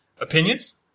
opinions